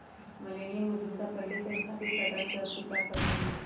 millennium उद्यमिता पहिले से स्थापित पैटर्न के अस्वीकार कर रहल हइ